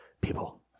People